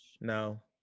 No